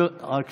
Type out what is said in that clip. רק שנייה.